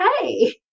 Hey